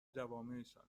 جوامعشان